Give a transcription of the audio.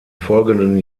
folgenden